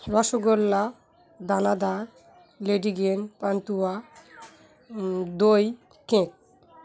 রসগোল্লা দানাদার লেডিকেনি পান্তুয়া দই কেক